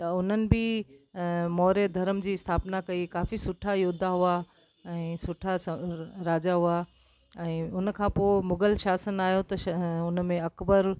त हुननि बि मोर्य धर्म जी स्थापना कई काफ़ी सुठा योद्धा हुआ ऐं सुठा स राजा हुआ ऐं उनखां पोइ मुगल शासन आहियो त हुनमें अकबर